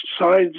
sides